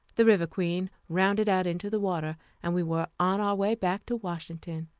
the river queen rounded out into the water and we were on our way back to washington.